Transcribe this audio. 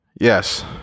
yes